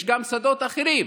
יש גם שדות אחרים,